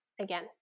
again